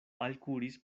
alkuris